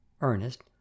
Ernest